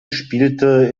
spielte